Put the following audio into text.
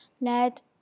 let